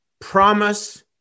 promise